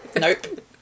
Nope